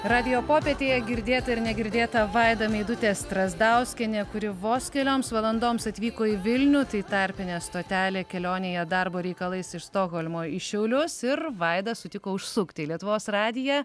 radijo popietėje girdėta ir negirdėta vaida meidutė strazdauskienė kuri vos kelioms valandoms atvyko į vilnių tai tarpinė stotelė kelionėje darbo reikalais iš stokholmo į šiaulius ir vaida sutiko užsukti į lietuvos radiją